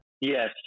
Yes